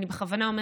אני אומר